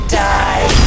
die